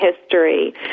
history